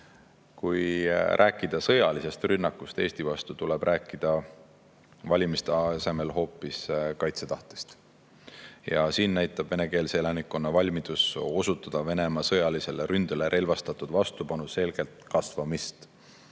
Kui rääkida sõjalisest rünnakust Eesti vastu, tuleb rääkida valimiste asemel hoopis kaitsetahtest. Venekeelse elanikkonna valmidus osutada Venemaa sõjalisele ründele relvastatud vastupanu näitab selgelt kasvu.